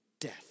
death